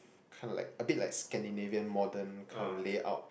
kind of like a bit like Scandinavian modern kind of layout